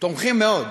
תומכים מאוד,